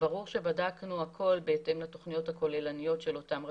ברור שבדקנו הכול בהתאם לתוכניות הכוללניות של אותן רשויות.